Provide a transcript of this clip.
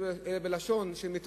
אלא בלשון של,